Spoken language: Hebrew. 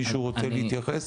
מישהו רוצה להתייחס?